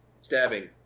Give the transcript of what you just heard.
stabbing